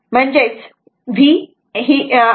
म्हणजेच हे V angle ϕ V angle ϕ असे लिहिता येऊ शकते